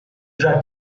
già